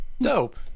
Dope